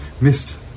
missed